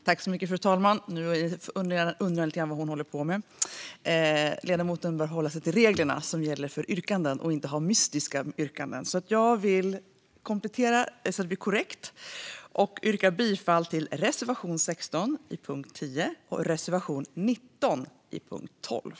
Fru talman! Nu undrar ni nog lite grann vad jag håller på med. En ledamot bör hålla sig till reglerna som gäller för yrkanden och inte göra mystiska yrkanden. Jag vill därför komplettera så att det blir korrekt och yrkar bifall till reservation 16 under punkt 10 och reservation 19 under punkt 12.